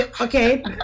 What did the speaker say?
Okay